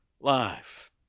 life